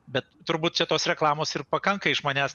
bet turbūt čia tos reklamos ir pakanka iš manęs